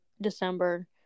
December